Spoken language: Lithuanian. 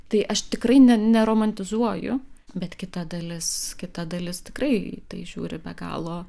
tai aš tikrai ne neromantizuoju bet kita dalis kita dalis tikrai į tai žiūri be galo